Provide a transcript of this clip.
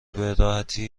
براحتی